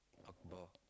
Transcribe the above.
Akbar